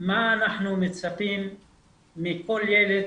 מה אנחנו מצפים מכל ילד